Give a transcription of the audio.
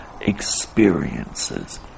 experiences